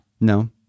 No